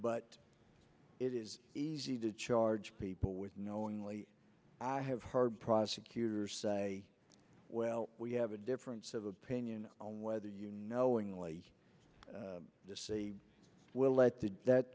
but it is easy to charge people with knowingly i have heard prosecutors say well we have a difference of opinion on whether you knowingly will lead to that